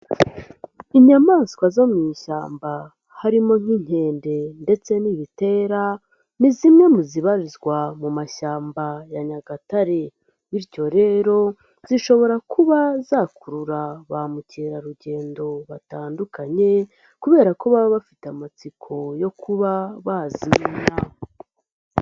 Inyamaswa zo mu ishyamba, harimo nk'inkende ndetse n'ibitera, ni zimwe mu zibarizwa mu mashyamba ya Nyagatare. Bityo rero, zishobora kuba zakurura ba mukerarugendo batandukanye kubera ko baba bafite amatsiko yo kuba bazimenya.